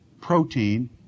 protein